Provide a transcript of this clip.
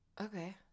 Okay